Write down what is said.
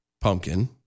Pumpkin